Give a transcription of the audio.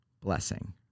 blessing